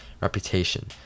reputation